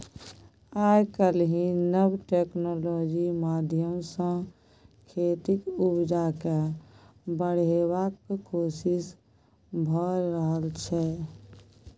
आइ काल्हि नब टेक्नोलॉजी माध्यमसँ खेतीक उपजा केँ बढ़ेबाक कोशिश भए रहल छै